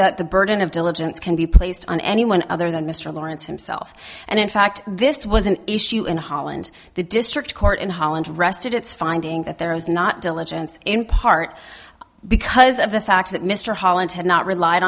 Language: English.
that the burden of diligence can be placed on anyone other than mr lawrence himself and in fact this was an issue in holland the district court in holland rested its finding that there was not diligence in part because of the fact that mr holland had not relied